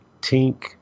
tink